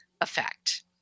effect